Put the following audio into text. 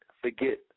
forget